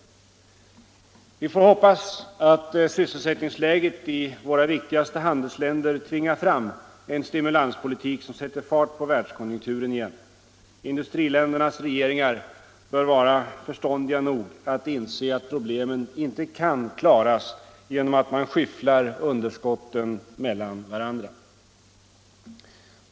Vi får hoppas att sysselsättningsläget i våra viktigaste handelsländer tvingar fram en stimulanspolitik som sätter fart på världskonjunkturen igen. Industriländernas regeringar bör vara förståndiga nog att inse att problemen inte kan klaras genom att man skyfflar underskotten mellan varandra.